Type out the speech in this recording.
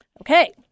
Okay